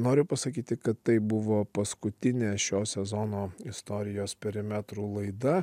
noriu pasakyti kad tai buvo paskutinė šio sezono istorijos perimetrų laida